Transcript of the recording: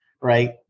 right